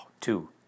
Two